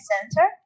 Center